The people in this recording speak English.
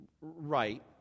Right